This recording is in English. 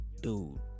dude